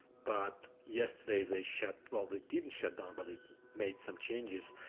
but yesterday they shut, well they didn't shut down, but they made some changes,